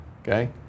okay